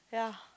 ya